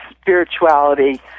spirituality